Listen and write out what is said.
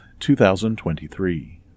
2023